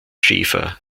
schäfer